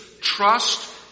trust